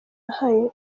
habaye